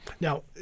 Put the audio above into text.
Now